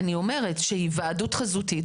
אני אומרת שהיוועדות חזותית,